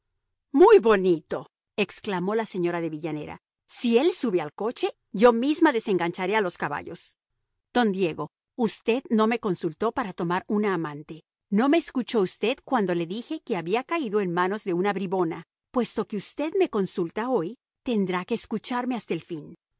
muy bonito exclamó la señora de villanera si él sube al coche yo misma desengancharé a los caballos don diego usted no me consultó para tomar una amante no me escuchó usted cuando le dije que había caído en manos de una bribona puesto que usted me consulta hoy tendrá que escucharme hasta el fin